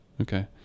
okay